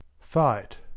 fight